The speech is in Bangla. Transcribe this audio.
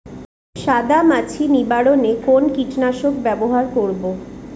সাদা মাছি নিবারণ এ কোন কীটনাশক ব্যবহার করব?